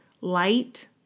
light